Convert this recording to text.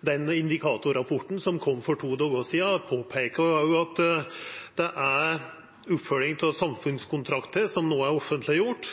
den indikatorrapporten som kom for to dagar sidan, som òg påpeiker at oppfølging av samfunnskontraktar som no er offentleggjord,